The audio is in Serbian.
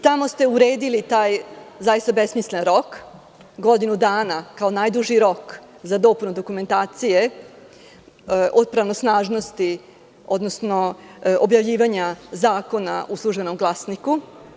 Tamo ste uredili zaista taj besmislen rok - godinu dana kao najduži rok za dopunu dokumentacije od pravosnažnosti, odnosno objavljivanja zakona u „Službenom glasniku“